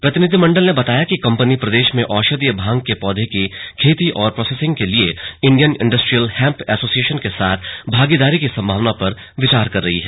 प्रतिनिधिमण्डल ने बताया कि कम्पनी प्रदेश में औषधीय भांग के पौधे की खेती और प्रोसेसिंग के लिए इण्डियन इण्डसट्टियल हैम्प ऐसोसिएशन के साथ भागीदारी के संभावनाओं पर विचार कर रही है